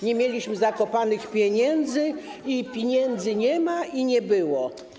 nie mieliśmy zakopanych pieniędzy, a pieniędzy nie ma i nie było.